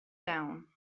down